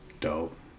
Dope